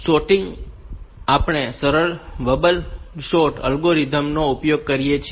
તો સોર્ટિંગ માટે આપણે સરળ બબલ સોર્ટ અલ્ગોરિધમ્સ નો ઉપયોગ કરીએ છીએ